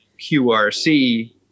QRC